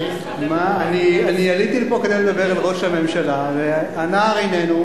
עליתי לפה כדי לדבר אל ראש הממשלה, והנער איננו.